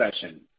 session